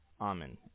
amen